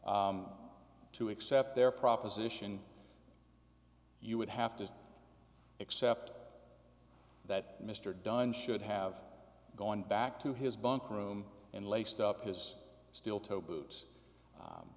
to accept their proposition you would have to accept that mr dunn should have gone back to his bunk room and laced up his steel toed boots